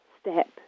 step